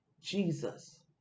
Jesus